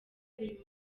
buri